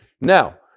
Now